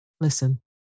Listen